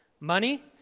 money